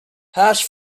hash